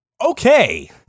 Okay